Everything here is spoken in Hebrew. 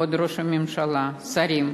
כבוד ראש הממשלה, שרים,